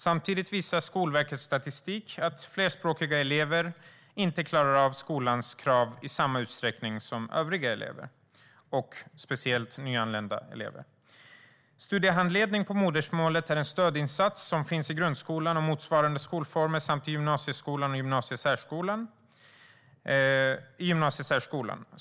Samtidigt visar Skolverkets statistik att flerspråkiga elever, speciellt nyanlända elever, inte klarar skolans krav i samma utsträckning som övriga elever. Studiehandledning på modersmålet är en stödinsats som finns i grundskolan och motsvarande skolformer samt i gymnasieskolan och gymnasiesärskolan.